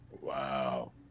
Wow